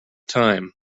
time